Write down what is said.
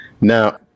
Now